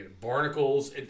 barnacles